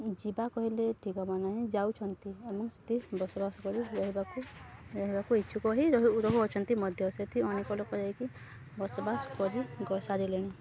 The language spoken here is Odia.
ଯିବା କହିଲେ ଠିକ୍ ହେବ ନାହିଁ ଯାଉଛନ୍ତି ଏବଂ ସେଠି ବସବାସ କରି ରହିବାକୁ ରହିବାକୁ ଇଚ୍ଛୁକ ହିଁ ରହୁଅଛନ୍ତି ମଧ୍ୟ ସେଠି ଅନେକ ଲୋକ ଯାଇକି ବସବାସ କରି ସାରିଲେଣି